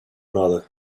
another